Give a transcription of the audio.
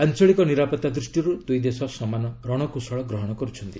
ଆଞ୍ଚଳିକ ନିରାପତ୍ତା ଦୃଷ୍ଟିରୁ ଦୁଇ ଦେଶ ସମାନ ରଣକୌଶଳ ଗ୍ରହଣ କରୁଛନ୍ତି